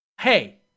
Hey